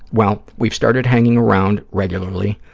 well, we've started hanging around regularly,